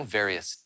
various